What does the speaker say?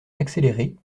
d’accélérer